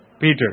Peter